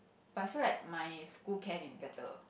but I feel like my school camp is better